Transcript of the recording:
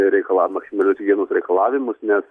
reikalavimą maksimalius higienos reikalavimus nes